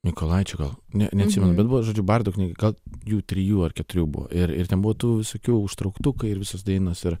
mikolaičio gal ne neatsimenu bet buvo žodžiu bardų knyga gal jų trijų ar keturių buvo ir ir ten buvo tų visokių užtrauktukai ir visos dainos ir